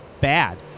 bad